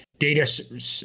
Data